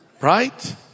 Right